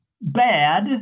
bad